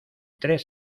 tres